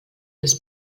des